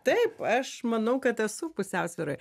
taip aš manau kad esu pusiausvyroj